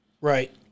Right